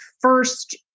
first